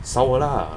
烧的 lah